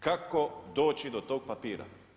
Kako doći do tog papira?